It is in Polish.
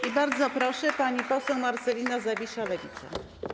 I bardzo proszę, pani poseł Marcelina Zawisza, Lewica.